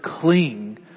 cling